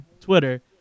Twitter